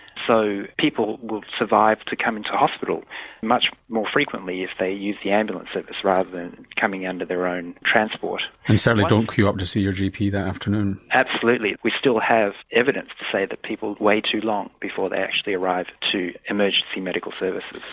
so people will survive to come into hospital much more frequently if they use the ambulance service rather than coming under their own transport. and certainly don't queue up to see your gp that afternoon. absolutely. we still have evidence to say that people wait too long before they actually arrive to emergency medical services.